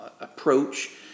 approach